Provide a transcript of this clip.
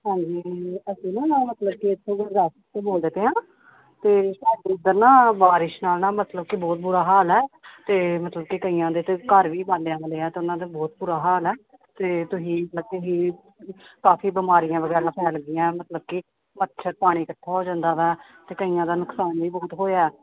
ਹਾਂਜੀ ਅਸੀਂ ਨਾ ਮਤਲਬ ਕਿ ਇੱਥੋਂ ਗੁਰਦਾਸਪੁਰ ਤੋਂ ਬੋਲਦੇ ਪਏ ਹਾਂ ਅਤੇ ਸਾਡੇ ਇੱਧਰ ਨਾ ਬਾਰਿਸ਼ ਨਾਲ ਨਾ ਮਤਲਬ ਕਿ ਬਹੁਤ ਬੁਰਾ ਹਾਲ ਆ ਅਤੇ ਮਤਲਬ ਕਿ ਕਈਆਂ ਦੇ ਤਾਂ ਘਰ ਵੀ ਬਾਲਿਆਂ ਵਾਲੇ ਆ ਅਤੇ ਉਹਨਾਂ ਦੇ ਬਹੁਤ ਬੁਰਾ ਹਾਲ ਹੈ ਅਤੇ ਤੁਸੀਂ ਲੱਗੇ ਹੀ ਕਾਫੀ ਬਿਮਾਰੀਆਂ ਵਗੈਰਾ ਫੈਲ ਗਈਆਂ ਮਤਲਬ ਕਿ ਮੱਛਰ ਪਾਣੀ ਇਕੱਠਾ ਹੋ ਜਾਂਦਾ ਵੈ ਅਤੇ ਕਈਆਂ ਦਾ ਨੁਕਸਾਨ ਵੀ ਬਹੁਤ ਹੋਇਆ